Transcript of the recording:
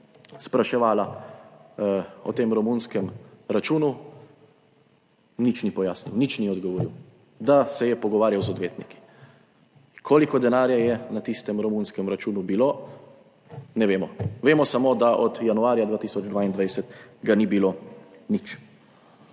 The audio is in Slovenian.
spraševala o tem romunskem računu, nič ni pojasnil, nič ni odgovoril, da se je pogovarjal z odvetniki. Koliko denarja je na tistem romunskem računu bilo, ne vemo; vemo samo, da od januarja 2022 ga ni bilo nič.